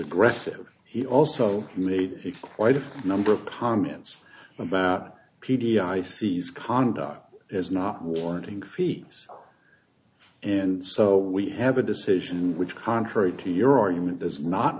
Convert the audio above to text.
aggressive he also made it quite a number of comments about p d i sees conduct as not warranting fees and so we have a decision which contrary to your argument does not